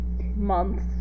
months